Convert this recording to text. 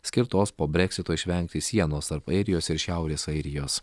skirtos po breksito išvengti sienos tarp airijos ir šiaurės airijos